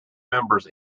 members